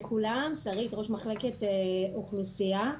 ראש מחלקת אוכלוסייה.